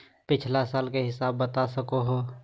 पिछला साल के हिसाब बता सको हो?